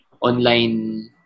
Online